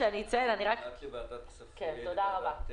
לישיבת ועדת הכנסת.